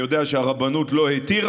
אני יודע שהרבנות לא התירה,